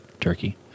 Turkey